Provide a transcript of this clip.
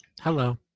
hello